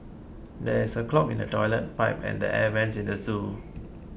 there is a clog in the Toilet Pipe and the Air Vents in the zoo